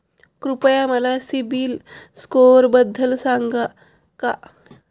कृपया मला सीबील स्कोअरबद्दल सांगाल का?